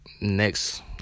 next